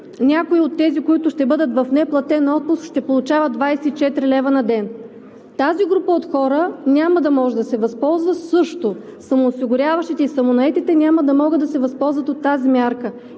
някои от тези, които ще бъдат в неплатен отпуск, ще получават 24 лв. на ден. Тази група от хора няма да може да се възползва също – самоосигуряващите и самонаетите няма да могат да се възползва от тази мярка.